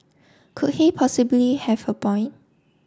could he possibly have a point